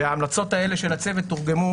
ההמלצות האלה של הצוות תורגמו,